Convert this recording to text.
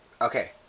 Okay